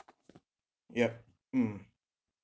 yup mm